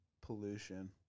Pollution